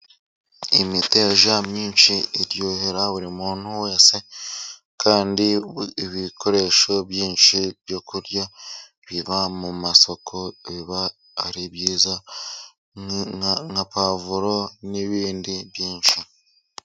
Imiteja myinshi iryohera buri muntu wese, kandi ibikoresho byinshi byo kurya biva mu masoko, biba ari byiza nka pavuro n'ibindi byinshi.